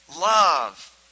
love